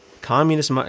Communist